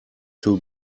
too